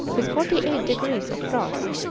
with forty-eight degrees of frost,